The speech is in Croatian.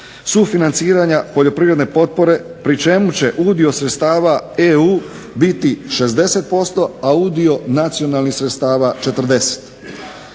sufinanciranja poljoprivredne potpore pri čemu će udio sredstava EU biti 60%, a udio nacionalnih sredstava 40.